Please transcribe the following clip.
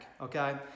okay